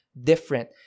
different